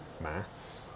maths